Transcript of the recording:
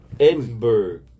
Edinburgh